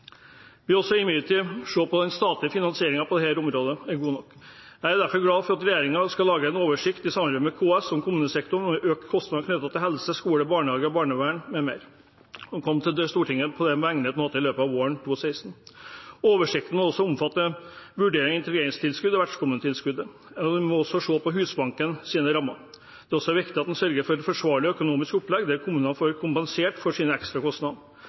imidlertid også se på om den statlige finansieringen på dette området er god nok. Jeg er derfor glad for at regjeringen i samarbeid med KS skal lage en oversikt over kommunesektorens økte kostnader knyttet til helse, skole, barnehage, barnevern m.m., og komme tilbake til Stortinget med det på egnet måte i løpet av våren 2016. Oversikten må også omfatte vurdering av integreringstilskuddet og vertskommunetilskuddet. Man må også se på Husbankens rammer. Det er også viktig at man sørger for et forsvarlig økonomisk opplegg der kommunene blir kompensert for ekstrakostnadene sine.